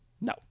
No